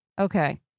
Okay